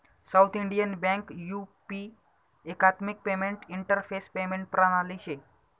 south Indian Bank UPI एकात्मिक payment interface payment प्रणाली शे